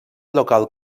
local